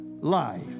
life